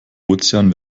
ozean